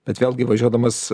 bet vėlgi važiuodamas